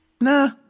Nah